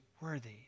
worthy